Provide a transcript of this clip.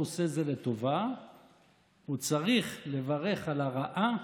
עושה זה לטובה הוא צריך לברך על הרעה,